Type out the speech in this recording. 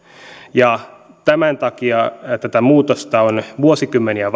tämän takia tätä muutosta on vuosikymmeniä